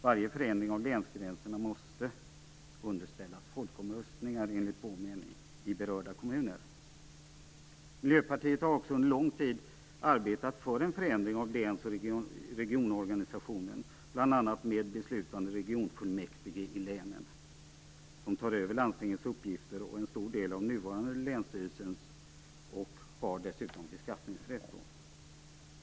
Varje förändring av länsgränserna måste underställas folkomröstningar i berörda kommuner enligt vår mening. Miljöpartiet har också under lång tid arbetat för en förändring av läns och regionorganisationen, bl.a. med beslutande regionfullmäktige i länen som tar över landstingens och en stor del av den nuvarande länsstyrelsens uppgifter och som dessutom har beskattningsrätt.